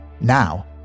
Now